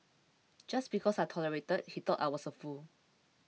just because I tolerated he thought I was a fool